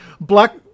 black